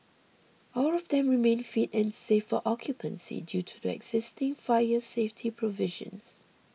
all of them remain fit and safe for occupancy due to their existing fire safety provisions